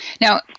Now